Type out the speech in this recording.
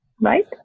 right